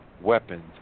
weapons